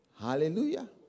Hallelujah